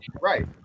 Right